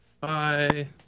Bye